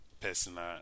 personal